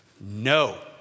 no